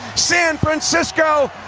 san francisco,